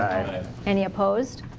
any opposed?